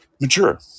Mature